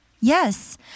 yes